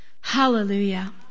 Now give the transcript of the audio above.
Hallelujah